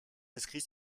inscrits